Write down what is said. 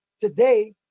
today